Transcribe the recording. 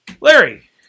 Larry